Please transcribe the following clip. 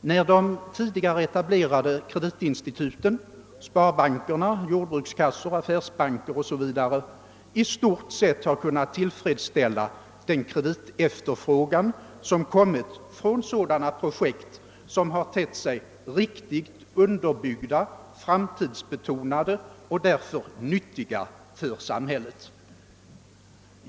och när de tidigare etablerade kreditinstituten — sparbanker, jordbrukskassor, affärsbanker o.s.v. — i stort sett har kunnat tillfredsställa den kreditefterfrågan som kommit från sådana projekt som har tett sig riktigt underbyggda, framtidsbetonade och därför nyttiga för samhället.